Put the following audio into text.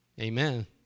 Amen